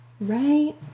Right